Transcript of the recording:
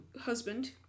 Husband